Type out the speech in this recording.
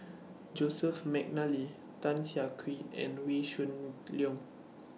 Joseph Mcnally Tan Siah Kwee and Wee Shoo Leong